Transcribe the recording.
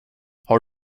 har